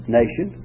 nation